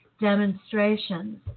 demonstrations